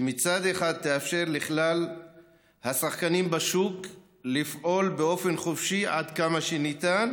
שמצד אחד תאפשר לכלל השחקנים בשוק לפעול באופן חופשי עד כמה שניתן,